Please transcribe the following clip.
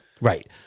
Right